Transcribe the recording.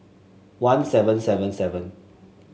one seven seven seven